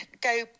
Go